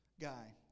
guy